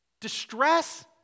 distress